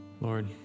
Lord